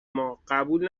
ما، قبول